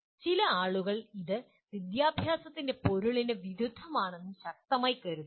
ചില ആളുകൾ ഇത് വിദ്യാഭ്യാസത്തിൻ്റെ പൊരുളിന് വിരുദ്ധമാണെന്ന് ശക്തമായി കരുതുന്നു